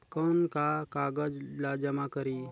कौन का कागज ला जमा करी?